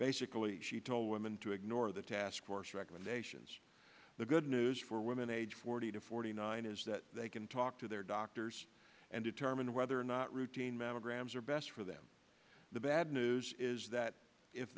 basically she told women to ignore the task force recommendations the good news for women aged forty to forty nine is that they can talk to their doctors and determine whether or not routine mammograms are best for them the bad news is that if